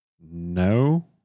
No